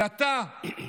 ואתה